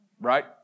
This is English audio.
right